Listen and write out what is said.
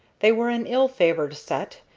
they were an ill-favored set,